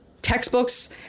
Textbooks